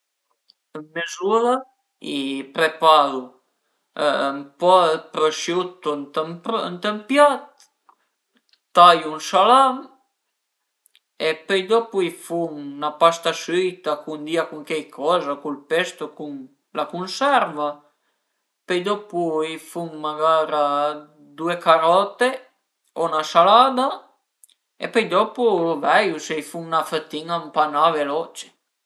Ën mez'ura i preparu ën po dë prosciutto ënt ën piat, taiu ün salam e pöi dopu i fun 'na pasta süita cundìa cun cheicoza, cun ël pesto, cun la cunserva, pöi dopu i fun magara due carote o 'na salada e pöi dopu veiu se i fun 'na fëtin-a ëmpanà veloce